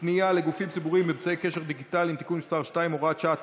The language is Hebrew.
פנייה לגופים ציבוריים באמצעי קשר דיגיטליים (תיקון מס' 2 והוראת שעה),